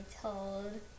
told